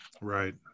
right